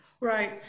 Right